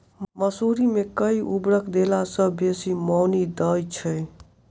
मसूरी मे केँ उर्वरक देला सऽ बेसी मॉनी दइ छै?